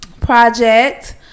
project